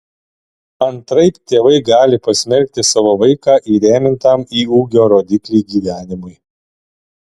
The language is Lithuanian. antraip tėvai gali pasmerkti savo vaiką įrėmintam į ūgio rodiklį gyvenimui